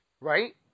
Right